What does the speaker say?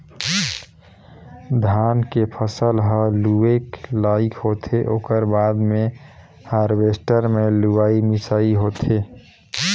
धान के फसल ह लूए के लइक होथे ओकर बाद मे हारवेस्टर मे लुवई मिंसई होथे